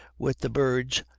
with the birds,